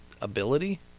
ability